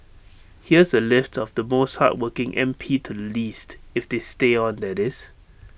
here's A list of the most hardworking M P to the least if they stay on that is